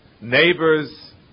neighbors